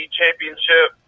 championship